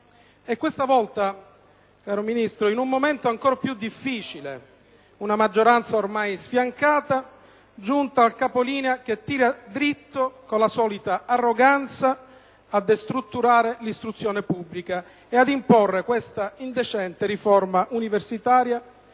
questa volta lo facciamo in un momento ancor più difficile: la maggioranza, ormai sfiancata, giunta al capolinea, tira dritto, con la solita arroganza, a destrutturare l'istruzione pubblica e ad imporre questa indecente riforma universitaria,